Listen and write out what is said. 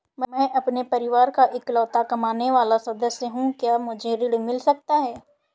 मैं अपने परिवार का इकलौता कमाने वाला सदस्य हूँ क्या मुझे ऋण मिल सकता है?